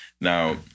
Now